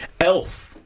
elf